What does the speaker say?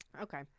Okay